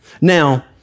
Now